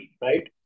right